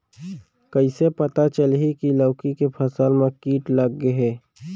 कइसे पता चलही की लौकी के फसल मा किट लग गे हे?